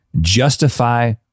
justify